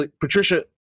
Patricia